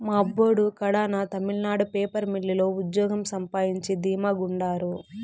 మా అబ్బోడు కడాన తమిళనాడు పేపర్ మిల్లు లో ఉజ్జోగం సంపాయించి ధీమా గుండారు